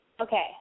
Okay